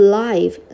life